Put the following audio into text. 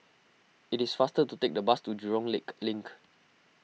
it is faster to take the bus to Jurong Lake Link